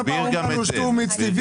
כל פעם אומרים לנו: שתו מיץ טבעי,